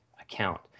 account